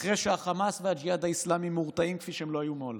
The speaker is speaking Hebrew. אחרי שהחמאס והג'יהאד האסלאמי מורתעים כפי שהם לא היו מעולם,